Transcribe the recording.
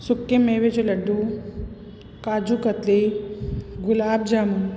सुके मेवे जो लड्डू काजू कतली गुलाब जामुन